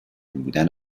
بودن